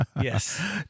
Yes